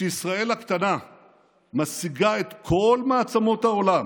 כשישראל הקטנה משיגה את כל מעצמות העולם